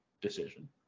decision